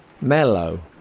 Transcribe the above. mellow